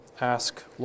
Ask